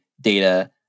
data